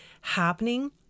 happening